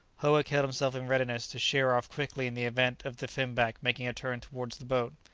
howick held himself in readiness to sheer off quickly in the event of the finback making a turn towards the boat.